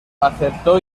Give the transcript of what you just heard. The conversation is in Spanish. aceptó